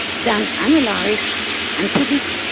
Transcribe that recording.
then analyze and put it.